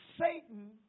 Satan